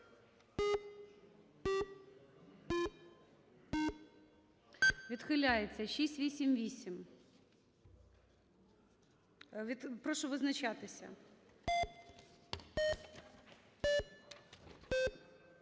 Відхиляється. 688. Прошу визначатися.